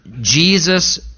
Jesus